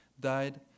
died